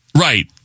right